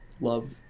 love